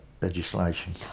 legislation